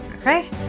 Okay